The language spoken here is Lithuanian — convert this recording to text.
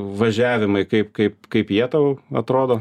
važiavimai kaip kaip kaip jie tau atrodo